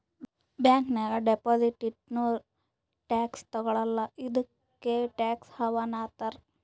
bank ನಾಗ್ deposit ಇಟ್ಟುರ್ನೂ tax ತಗೊಳಲ್ಲ ಇದ್ದುಕೆ ಟ್ಯಾಕ್ಸ್ ಹವೆನ್ ಅಂತಾರ್